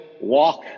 walk